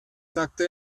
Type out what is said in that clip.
sagte